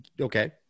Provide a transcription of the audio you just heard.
okay